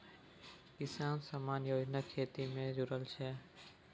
किसान सम्मान योजना खेती से जुरल छै